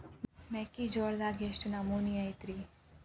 ಮೆಕ್ಕಿಜೋಳದಾಗ ಎಷ್ಟು ನಮೂನಿ ಐತ್ರೇ?